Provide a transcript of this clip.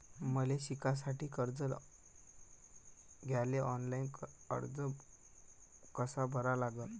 मले शिकासाठी कर्ज घ्याले ऑनलाईन अर्ज कसा भरा लागन?